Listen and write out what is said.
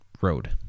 road